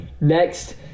Next